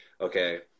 okay